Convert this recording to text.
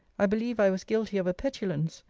i believe i was guilty of a petulance,